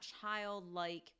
childlike